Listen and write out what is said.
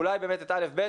ואולי גם את כיתות א'-ב',